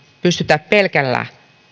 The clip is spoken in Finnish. pystytä pelkällä